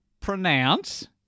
Pronounce